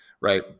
Right